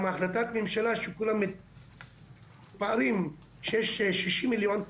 גם החלטת הממשלה שכולם מתפארים שיש שישים מיליון,